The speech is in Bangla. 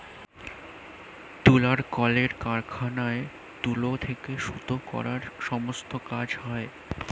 তুলার কলের কারখানায় তুলো থেকে সুতো করার সমস্ত কাজ হয়